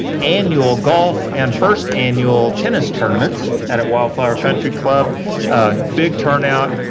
annual golf and first annual tennis tournaments at at wildflower country club big turnout,